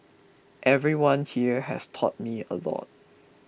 everyone here has taught me a lot